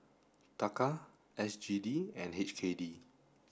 Taka S G D and H K D